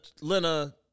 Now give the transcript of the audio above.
Lena